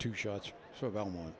two shots so belmont